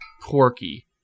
quirky